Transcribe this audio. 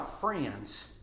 friends